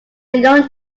young